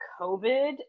COVID